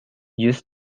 use